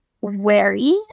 wary